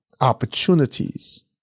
opportunities